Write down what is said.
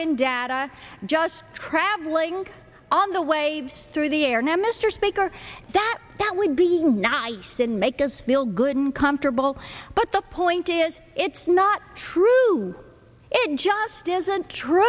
and data just travelling on the waves through the air now mr speaker that that would be nice and make us feel good uncomfortable but the point is it's not true it just isn't true